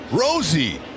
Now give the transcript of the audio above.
Rosie